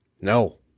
no